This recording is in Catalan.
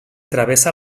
travessa